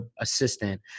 assistant